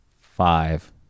Five